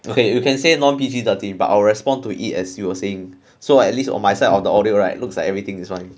okay you can say non P_G thirteen but I'll respond to it as you were saying so at least on my side of the audio right looks like everything is fine